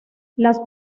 las